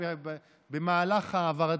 הכי הרבה.